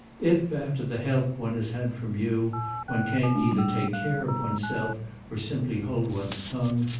if after the help one has had from you one can't either take care of one's self or simply hold one's tongue,